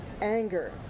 anger